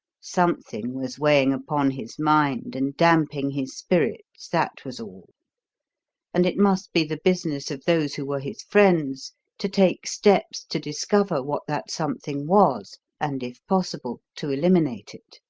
something was weighing upon his mind and damping his spirits that was all and it must be the business of those who were his friends to take steps to discover what that something was and, if possible, to eliminate it.